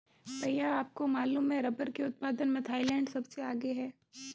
भैया आपको मालूम है रब्बर के उत्पादन में थाईलैंड सबसे आगे हैं